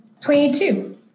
22